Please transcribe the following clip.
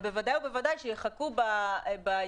אבל בוודאי ובוודאי שיחכו בהתקהלות,